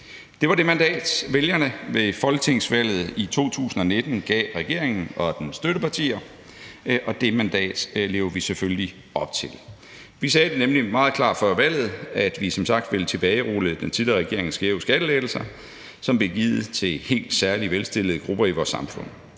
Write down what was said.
Det var det mandat, vælgerne ved folketingsvalget i 2019 gav regeringen og dens støttepartier, og det mandat lever vi selvfølgelig op til. Vi sagde nemlig meget klart før valget, at vi som sagt vil tilbagerulle den tidligere regerings skæve skattelettelser, som blev givet til helt særligt velstillede grupper i vores samfund.